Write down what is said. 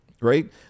right